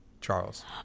Charles